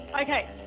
Okay